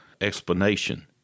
explanation